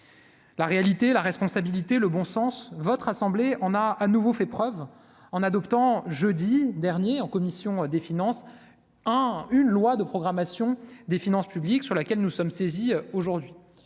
La réalité, la responsabilité, le bon sens votre assemblée, on a à nouveau fait preuve en adoptant, jeudi dernier en commission des finances, hein, une loi de programmation des finances publiques, sur laquelle nous sommes saisis aujourd'hui,